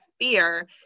fear